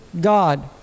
God